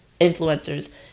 influencers